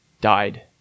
died